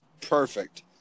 Perfect